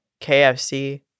KFC